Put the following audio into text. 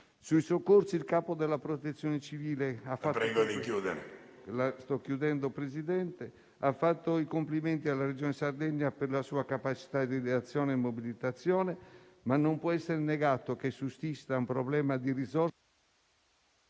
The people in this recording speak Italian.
ai soccorsi, il capo della Protezione civile ha fatto i complimenti alla Regione Sardegna per la sua capacità di reazione e mobilitazione, ma non può essere negato che sussista un problema di risorse